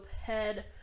head